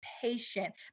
patient